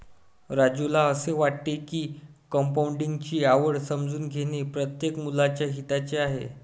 राजूला असे वाटते की कंपाऊंडिंग ची आवड समजून घेणे प्रत्येक मुलाच्या हिताचे आहे